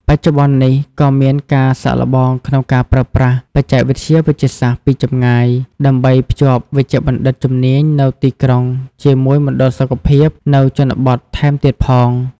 បច្ចុប្បន្ននេះ ក៏មានការសាកល្បងក្នុងការប្រើប្រាស់ បច្ចេកវិទ្យាវេជ្ជសាស្ត្រពីចម្ងាយ ដើម្បីភ្ជាប់វេជ្ជបណ្ឌិតជំនាញនៅទីក្រុងជាមួយមណ្ឌលសុខភាពនៅជនបទថែមទៀតផង។